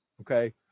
Okay